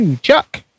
Chuck